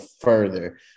further